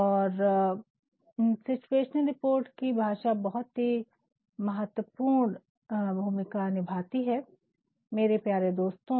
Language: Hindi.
और सिचुएशनल रिपोर्ट की भाषा बहुत ही महत्वपूर्ण भूमिका निभाती है मेरे प्यारे दोस्तों